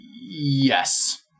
yes